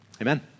Amen